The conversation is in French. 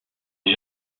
des